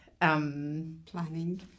Planning